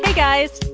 guys.